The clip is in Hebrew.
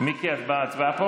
מיקי, את בהצבעה?